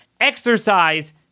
Exercise